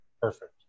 Perfect